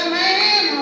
man